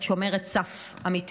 היא שומרת סף אמיתית.